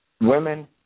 Women